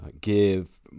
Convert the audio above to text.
give